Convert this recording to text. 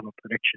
prediction